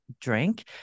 drink